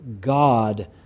God